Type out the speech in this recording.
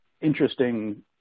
interesting